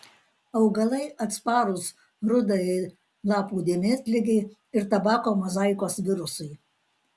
augalai atsparūs rudajai lapų dėmėtligei ir tabako mozaikos virusui